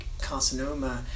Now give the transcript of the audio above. carcinoma